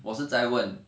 我是在问